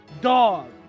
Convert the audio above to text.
dog